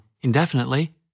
indefinitely